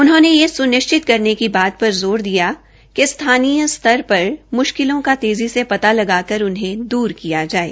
उन्होंने यह सुनिश्चित करने की बात पर ज़ोर दिया कि स्थानीय स्तर पर म्श्किलों का तेज़ी से पता लगाकर उन्हें दूर किया जाये